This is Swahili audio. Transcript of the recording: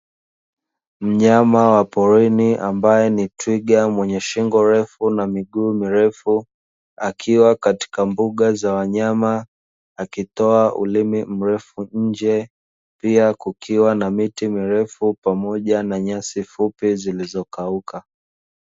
Mnyama wa porini ambaye ni twiga mwenye shingo refu na miguu mirefu, akiwa katika mbuga za wanyama, akitoa ulimi mrefu nje. Pia kukiwa na miti mirefu pamoja na nyasi fupi zilizokauka.